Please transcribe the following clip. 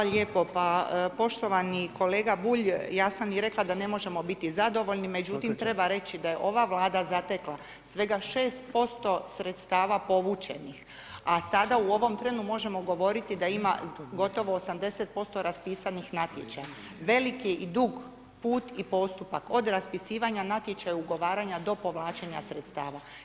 Hvala lijepo, pa poštovani kolega Bulj ja sam i rekla da ne možemo biti zadovoljni [[Upadica: Svaka čast.]] međutim treba reći da je ova Vlada zatekla svega 6% sredstava povučenih, a sada u ovom trenu možemo govoriti da ima gotovo 80% raspisanih natječaja, velik je i dug put i postupak od raspisivanja natječaja, ugovaranja do povlačenja sredstava.